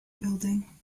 building